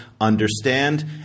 understand